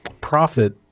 profit